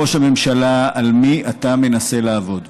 ראש הממשלה: על מי אתה מנסה לעבוד,